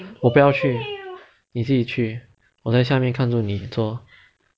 我不要去你自己去我在下面看着你坐